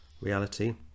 reality